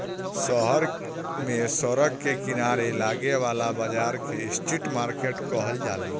शहर में सड़क के किनारे लागे वाला बाजार के स्ट्रीट मार्किट कहल जाला